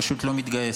פשוט לא מתגייס,